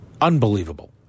unbelievable